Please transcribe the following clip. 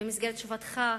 במסגרת תשובתך,